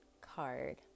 card